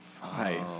Five